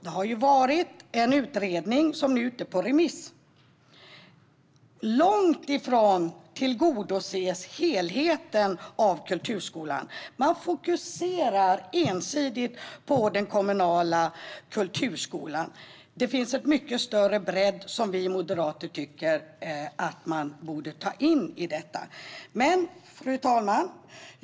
Det har gjorts en utredning som nu är ute på remiss. Det är långt ifrån helheten av kulturskolan som tillgodoses. Man fokuserar ensidigt på den kommunala kulturskolan. Det finns en mycket större bredd som vi moderater tycker att man borde ta in i detta. Fru talman!